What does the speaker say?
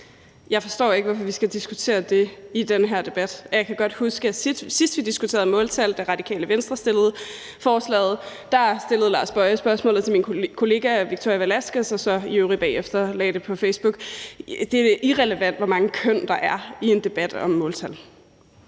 Jeg forstår ikke, hvorfor vi skal diskutere det i den her debat. Jeg kan godt huske, at sidst vi diskuterede måltal – da Radikale Venstre fremsatte et forslag – stillede Lars Boje Mathiesen spørgsmålet til min kollega Victoria Velasquez og lagde det i øvrigt på Facebook bagefter. Det er irrelevant, hvor mange køn der er, i en debat om måltal.